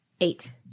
eight